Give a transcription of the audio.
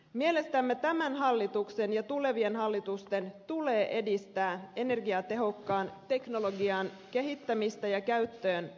mielestämme tämän hallituksen ja tulevien hallitusten tulee edistää energiatehokkaan teknologian kehittämistä ja käyttöönottoa